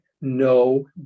No